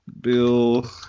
Bill